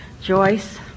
Joyce